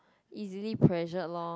easily pressured lor